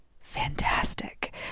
fantastic